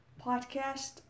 podcast